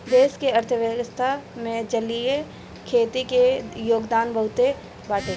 देश के अर्थव्यवस्था में जलीय खेती के योगदान बहुते बाटे